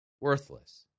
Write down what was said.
worthless